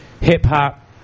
hip-hop